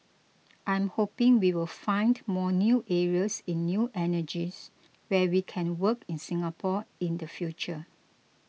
I'm hoping we will find more new areas in new energies where we can work in Singapore in the future